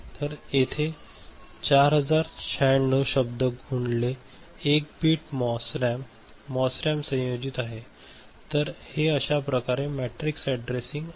तर येथे 4096 शब्द गुणिले 1 bit MOS RAM MOS RAM संयोजित आहे तर हे अश्या प्रकारे मॅट्रिक्स अॅड्रेसिंग आहे